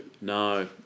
No